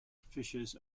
fishes